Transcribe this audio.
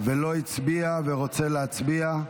לא הצביע ורוצה להצביע?